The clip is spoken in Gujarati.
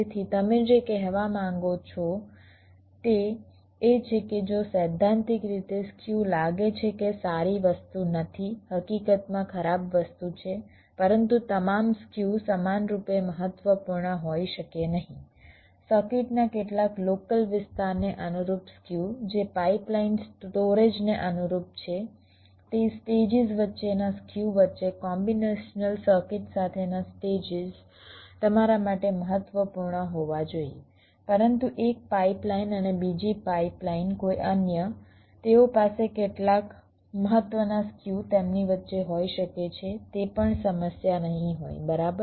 તેથી તમે જે કહેવા માગો છો તે એ છે કે જો સૈદ્ધાંતિક રીતે સ્ક્યુ લાગે છે કે તે સારી વસ્તુ નથી હકીકતમાં ખરાબ વસ્તુ છે પરંતુ તમામ સ્ક્યુ સમાનરૂપે મહત્વપૂર્ણ હોઈ શકે નહીં સર્કિટના કેટલાક લોકલ વિસ્તારને અનુરૂપ સ્ક્યુ જે પાઇપલાઇન સ્ટોરેજને અનુરૂપ છે તે સ્ટેજીસ વચ્ચેના સ્ક્યુ વચ્ચે કોમ્બિનેશનલ સર્કિટ સાથેના સ્ટેજીસ તમારા માટે મહત્વપૂર્ણ હોવા જોઈએ પરંતુ એક પાઇપલાઇન અને બીજી પાઇપલાઇન કોઈ અન્ય તેઓ પાસે કેટલાક મહત્વના સ્ક્યુ તેમની વચ્ચે હોઈ શકે છે તે પણ સમસ્યા નહીં હોય બરાબર